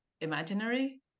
imaginary